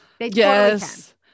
yes